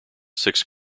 six